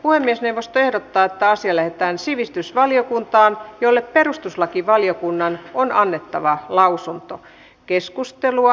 puhemiesneuvosto ehdottaa että asia lähetetään sivistysvaliokuntaan jolle perustuslakivaliokunnan on annettava lausunto